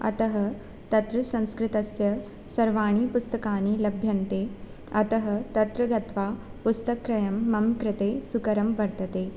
अतः तत्र संस्कृतस्य सर्वाणि पुस्तकानि लभ्यन्ते अतः तत्र गत्वा पुस्तकक्रयं मम कृते सुकरं वर्तते